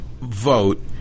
vote